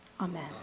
Amen